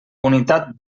unitat